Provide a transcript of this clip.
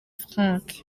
frank